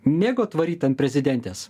mėgot varyt ant prezidentės